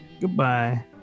Goodbye